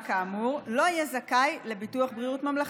כאמור לא יהיה זכאי לביטוח בריאות ממלכתי.